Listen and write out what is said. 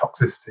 toxicity